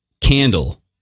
candle